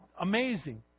amazing